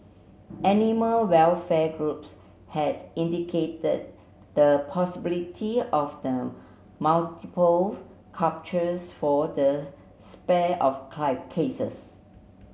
animal welfare groups had indicated the possibility of the multiple for the spate of cases